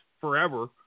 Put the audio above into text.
forever